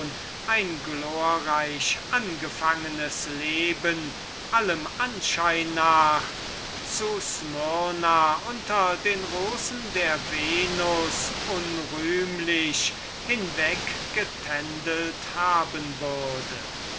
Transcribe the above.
ein glorreich angefangenes leben allem anscheinen nach zu smyrna unter den rosen der venus unrühmlich hinweggescherzet haben würde